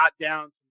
down